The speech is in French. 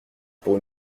pour